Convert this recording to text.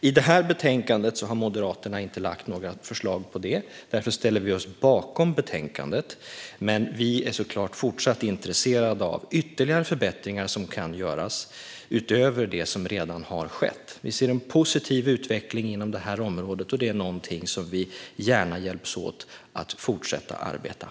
I detta betänkande har Moderaterna inte lagt fram några förslag om detta. Därför ställer vi oss bakom betänkandet. Men vi är såklart fortsatt intresserade av ytterligare förbättringar som kan göras utöver det som redan har skett. Vi ser en positiv utveckling inom detta område, och vi hjälper gärna till i det fortsatta arbetet.